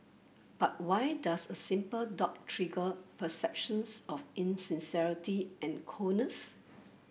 but why does a simple dot trigger perceptions of insincerity and coldness